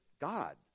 God